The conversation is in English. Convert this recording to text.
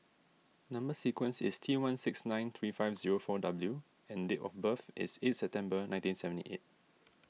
Number Sequence is T one six nine three five zero four W and date of birth is eighth September nineteen seventy eight